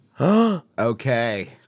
Okay